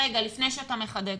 לפני שאתה מחדד.